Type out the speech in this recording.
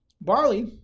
Barley